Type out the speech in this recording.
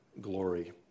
glory